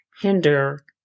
hinder